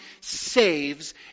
saves